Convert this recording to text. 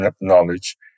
knowledge